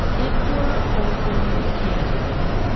if we're open-handed,